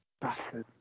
Bastard